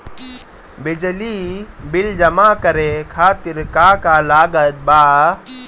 बिजली बिल जमा करे खातिर का का लागत बा?